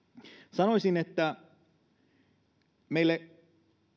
sanoisin että ainakin meille